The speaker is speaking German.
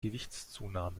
gewichtszunahme